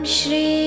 Shri